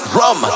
rum